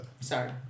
Sorry